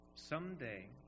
Someday